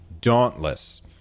Dauntless